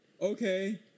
Okay